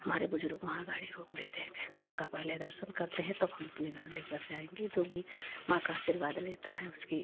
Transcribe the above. हमारे बुजुर्ग वहाँ गाड़ी रोक देते हैं कहने माँ का पहले दर्शन करते हैं तब हम अपने घर लेकर जाएंगे जो भी माँ का आशीर्वाद लेता है उसकी